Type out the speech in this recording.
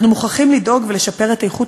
אנחנו מוכרחים לדאוג ולשפר את איכות